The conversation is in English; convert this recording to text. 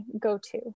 go-to